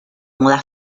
moda